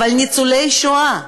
ניצולי שואה.